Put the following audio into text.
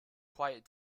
quiet